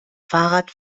fahrrad